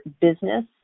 business